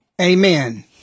Amen